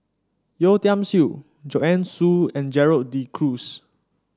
Yeo Tiam Siew Joanne Soo and Gerald De Cruz